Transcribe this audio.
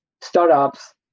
startups